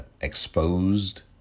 exposed